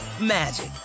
magic